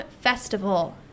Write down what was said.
festival